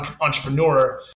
entrepreneur